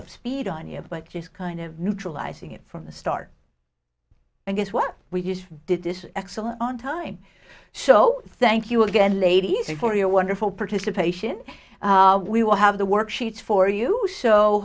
up speed on you but just kind of neutralizing it from the start and guess what we just did this excellent on time so thank you again ladies and for your wonderful participation we will have the work sheets for you so